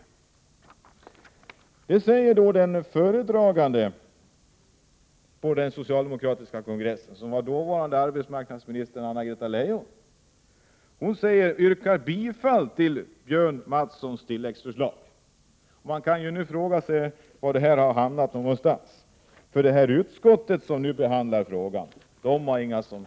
Man kan fråga sig var detta förslag hamnat någonstans. Utskottet, som nu behandlat frågan, har inga som helst tankar på att ta något intryck av vad som hände på kongressen.